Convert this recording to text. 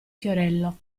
fiorello